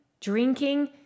drinking